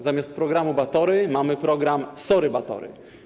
Zamiast programu „Batory” mamy program: sorry Batory.